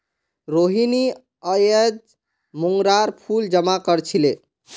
रोहिनी अयेज मोंगरार फूल जमा कर छीले